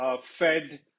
Fed